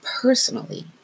personally